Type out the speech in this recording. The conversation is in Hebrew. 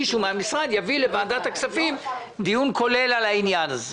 מישהו מן המשרד יביא לוועדת הכספים דיון כולל על העניין הזה.